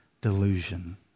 delusion